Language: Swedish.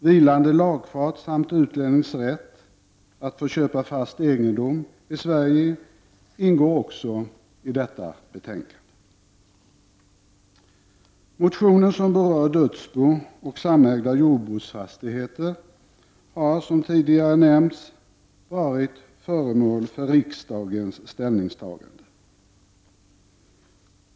Vilande lagfart samt utlännings rätt att få köpa fast egendom i Sverige ingår också i detta betänkande. Motioner som berör dödsbooch samägda jordbruksfastigheter har, som tidigare nämnts, varit föremål för riksdagens ställningstagande.